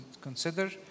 consider